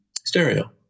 stereo